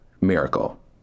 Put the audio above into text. miracle